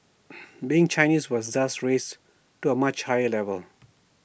being Chinese was thus raised to A much higher level